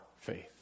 faith